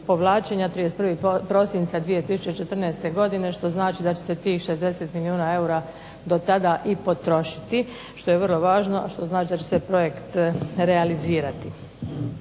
povlačenja 31. prosinca 2014. godine, što znači da će se tih 60 milijuna eura do tada i potrošiti, što je vrlo važno, što znači da će se projekt realizirati.